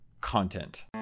content